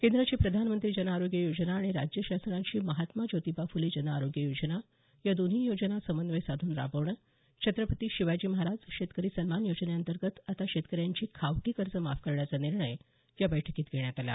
केंद्राची प्रधानमंत्री जनआरोग्य योजना आणि राज्य शासनाची महात्मा ज्योतिबा फुले जनआरोग्य योजना या दोन्ही योजना समन्वय साधून राबवणं छत्रपती शिवाजी महाराज शेतकरी सन्मान योजनेंतर्गत आता शेतकऱ्यांची खावटी कर्जे माफ करण्याचा निर्णय या बैठकीत घेण्यात आला